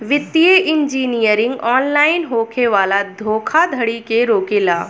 वित्तीय engineering online होखे वाला धोखाधड़ी के रोकेला